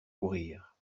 courir